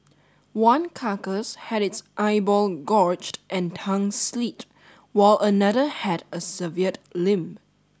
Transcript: one carcass had its eyeball gorged and tongue slit while another had a severed limb